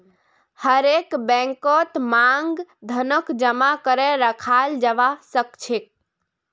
हरेक बैंकत मांग धनक जमा करे रखाल जाबा सखछेक